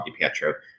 dipietro